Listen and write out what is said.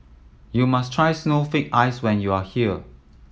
you must try snowflake ice when you are here